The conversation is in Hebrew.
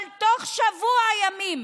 בתוך שבוע ימים